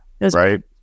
Right